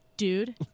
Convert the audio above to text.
Dude